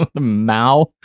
Mao